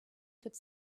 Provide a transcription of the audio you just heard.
could